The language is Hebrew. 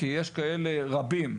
כי יש כאלה רבים.